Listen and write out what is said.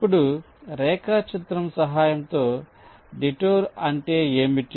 ఇప్పుడు రేఖాచిత్రం సహాయంతో డిటూర్ అంటే ఏమిటి